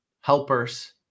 helpers